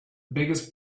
biggest